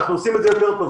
אנחנו עושים את זה טוב יותר.